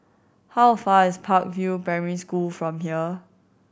how a far is Park View Primary School from here